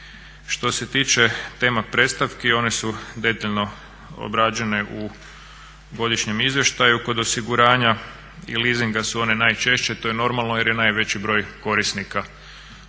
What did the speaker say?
Što se tiče tema predstavki one su detaljno obrađene u godišnjem izvještaju. Kod osiguranja i lesasinga su one najčešće, to je normalno jer je najveći broj korisnika